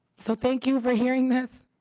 so thank you for hearing this.